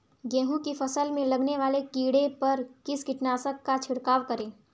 गेहूँ की फसल में लगने वाले कीड़े पर किस कीटनाशक का छिड़काव करें?